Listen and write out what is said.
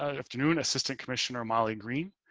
ah afternoon, assistant commissioner, molly green.